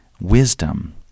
wisdom